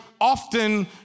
often